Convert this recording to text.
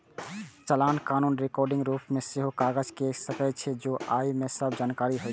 चालान कानूनी रिकॉर्डक रूप मे सेहो काज कैर सकै छै, जौं ओइ मे सब जानकारी होय